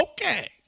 Okay